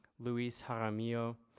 luis jaramillo,